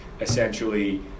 essentially